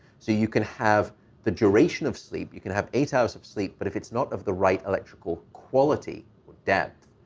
so you can have the duration of sleep, you can have eight hours of sleep, but if it's not of the right electrical quality or depth,